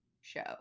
show